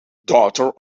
daughter